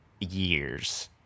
years